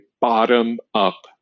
bottom-up